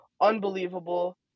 unbelievable